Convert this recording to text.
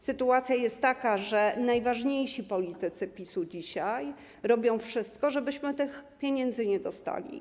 Sytuacja jest taka, że najważniejsi politycy PiS-u dzisiaj robią wszystko, żebyśmy tych pieniędzy nie dostali.